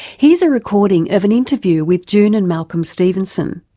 here's a recording of an interview with june and malcolm stevenson.